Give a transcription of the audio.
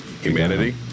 Humanity